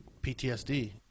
PTSD